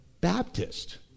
Baptist